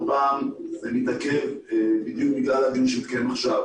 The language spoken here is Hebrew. פעם זה מתעכב בדיוק בגלל הדיון שהתקיים עכשיו,